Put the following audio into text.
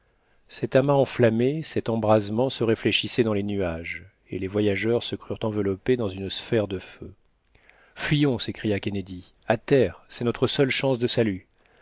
cet amas enflammé cet embrasement se réfléchissait dans les nuages et les voyageurs se crurent enveloppés dans une sphère de feu fuyons s'écria kennedy à terre c'est notre seule chance de salut